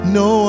no